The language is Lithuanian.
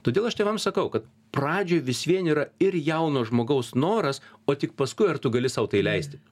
todėl aš tėvams sakau kad pradžioj vis vien yra ir jauno žmogaus noras o tik paskui ar tu gali sau tai leisti